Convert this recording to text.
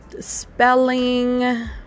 spelling